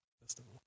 Festival